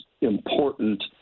important